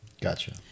Gotcha